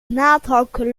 naaldhakken